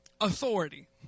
Authority